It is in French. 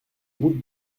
route